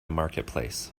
marketplace